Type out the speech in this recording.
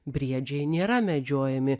briedžiai nėra medžiojami